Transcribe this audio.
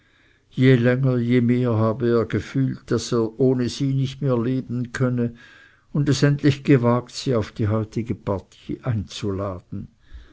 länger je mehr habe er gefühlt daß er ohne sie nicht mehr leben könne und es endlich gewagt sie auf die heutige partie einzuladen